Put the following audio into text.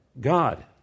God